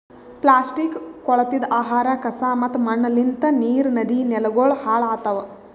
plastic, ಕೊಳತಿದ್ ಆಹಾರ, ಕಸಾ ಮತ್ತ ಮಣ್ಣಲಿಂತ್ ನೀರ್, ನದಿ, ನೆಲಗೊಳ್ ಹಾಳ್ ಆತವ್